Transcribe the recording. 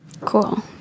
Cool